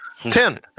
Ten